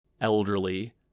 elderly